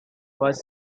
was